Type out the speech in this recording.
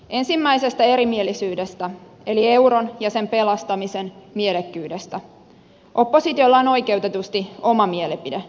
ensimmäisestä erimielisyydestä eli euron ja sen pelastamisen mielekkyydestä oppositiolla on oikeutetusti oma mielipide